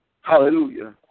Hallelujah